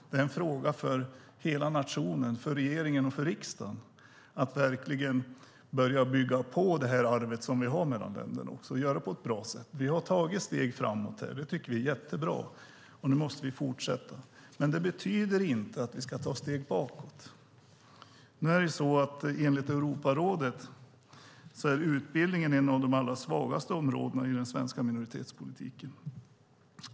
Det är en fråga för hela nationen, för regeringen och riksdagen att börja bygga på arvet mellan länderna och göra det på ett bra sätt. Vi har tagit steg framåt, och det tycker vi är jättebra. Nu måste vi fortsätta. Det betyder inte att vi ska ta steg bakåt. Enligt Europarådet är utbildningen ett av de allra svagaste områdena i den svenska minoritetspolitiken.